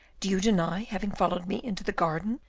do you deny having followed me into the garden,